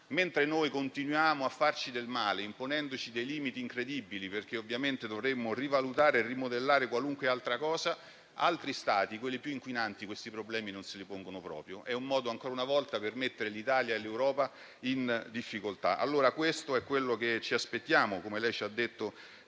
mentre noi continuiamo a farci del male, imponendoci dei limiti incredibili, perché ovviamente dovremo rivalutare e rimodellare qualunque altra cosa, altri Stati, quelli più inquinanti, questi problemi non se li pongono proprio. È un modo, ancora una volta, per mettere l'Italia e l'Europa in difficoltà. Questo è quello che ci aspettiamo - come lei ci ha detto